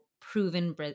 proven